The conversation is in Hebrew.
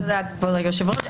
תודה כבוד היושב-ראש.